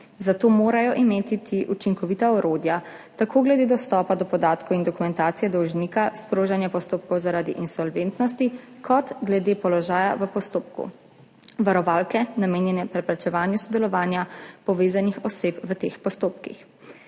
zato morajo imeti ti učinkovita orodja tako glede dostopa do podatkov in dokumentacije dolžnika, sprožanja postopkov zaradi insolventnosti kot glede položaja v postopku, varovalke, namenjene preprečevanju sodelovanja povezanih oseb v teh postopkih.